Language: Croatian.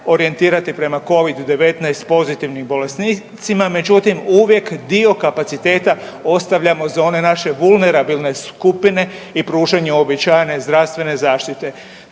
orijentirati prema Covid-19 pozitivni bolesnicima, međutim uvijek dio kapaciteta ostavljamo za one naše vulnerabilne skupine i pružanju uobičajene zdravstvene zaštite.